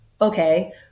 Okay